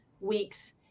weeks